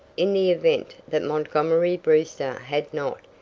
in the event that montgomery brewster had not,